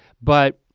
but